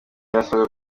irasabwa